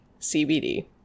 CBD